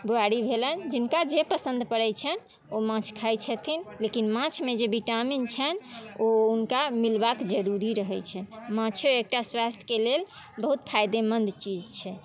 बुआरी भेलनि जिनका जे पसन्द पड़ै छनि ओ माछ खाइ छथिन लेकिन माछमे जे विटामिन छनि ओ हुनका मिलबाके जरूरी रहै छनि माछो एकटा स्वास्थ्यके लेल बहुत फाइदेमन्द चीज छै